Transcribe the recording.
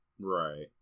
Right